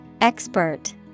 Expert